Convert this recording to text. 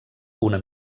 una